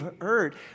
hurt